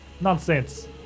Nonsense